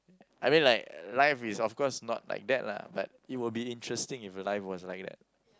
I mean like life is of course not like that lah but it will be interesting if your life was like that